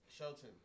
Shelton